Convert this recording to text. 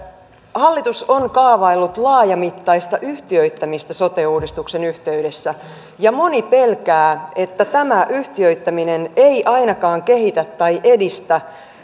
hallitus on kaavaillut laajamittaista yhtiöittämistä sote uudistuksen yhteydessä ja moni pelkää että tämä yhtiöittäminen ei ainakaan kehitä tai edistä